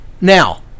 Now